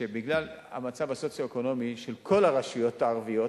בגלל המצב הסוציו-אקונומי של כל הרשויות הערביות